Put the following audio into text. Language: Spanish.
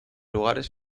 lugares